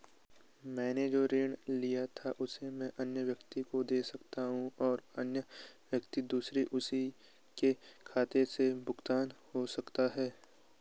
मैंने जो ऋण लिया था उसको मैं अन्य व्यक्ति को दें सकता हूँ और अन्य व्यक्ति द्वारा उसी के खाते से भुगतान हो सकता है?